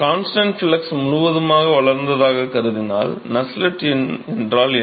constant flux முழுவதுமாக வளர்ந்ததாகக் கருதினால் நஸ்ஸெல்ட் எண் என்றால் என்ன